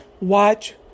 watch